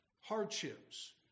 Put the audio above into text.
hardships